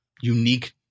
unique